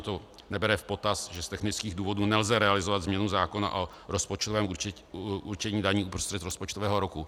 To nebere v potaz, že z technických důvodů nelze realizovat změnu zákona o rozpočtovém určení daní uprostřed rozpočtového roku.